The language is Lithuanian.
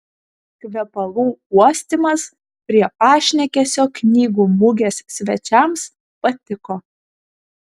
kvepalų uostymas prie pašnekesio knygų mugės svečiams patiko